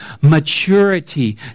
maturity